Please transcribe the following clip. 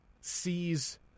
sees